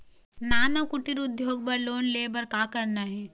नान अउ कुटीर उद्योग बर लोन ले बर का करना हे?